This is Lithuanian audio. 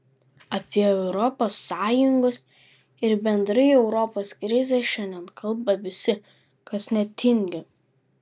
apie europos sąjungos ir bendrai europos krizę šiandien kalba visi kas netingi